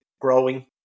growing